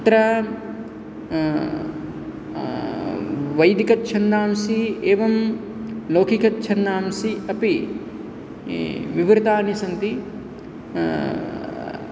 अत्र वैदिकछन्दांसि एवं लौकिकछन्दांसि अपि विवृतानि सन्ति